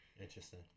Interesting